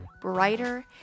brighter